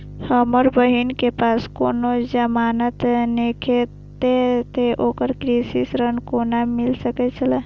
हमर बहिन के पास कोनो जमानत नेखे ते ओकरा कृषि ऋण कोना मिल सकेत छला?